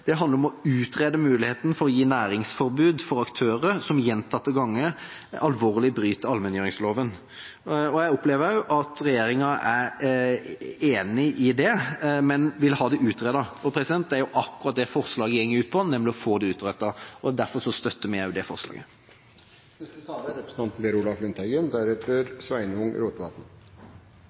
Det handler om å utrede «muligheten for å gi næringsforbud for aktører som gjentatte ganger alvorlig bryter allmenngjøringsloven». Jeg opplever at regjeringa er enig i det, men vil ha det utredet. Det er akkurat det forslaget går ut på, nemlig å få det utredet, og derfor støtter vi også det forslaget. Senterpartiet vil takke SV for forslaget, det er